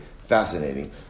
Fascinating